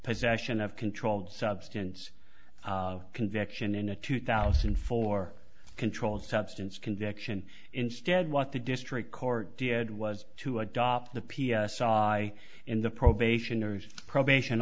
possession of controlled substance conviction in a two thousand and four controlled substance conviction instead what the district court did was to adopt the p s i i in the probationers probation